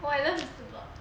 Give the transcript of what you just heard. oh I love mister tok